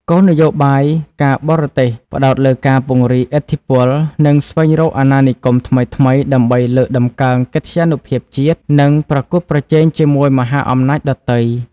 គោលនយោបាយការបរទេសផ្តោតលើការពង្រីកឥទ្ធិពល និងស្វែងរកអាណានិគមថ្មីៗ ដើម្បីលើកតម្កើងកិត្យានុភាពជាតិ និងប្រកួតប្រជែងជាមួយមហាអំណាចដទៃ។